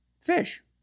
Fish